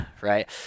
right